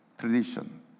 tradition